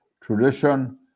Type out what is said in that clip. tradition